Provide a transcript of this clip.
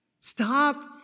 Stop